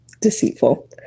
Deceitful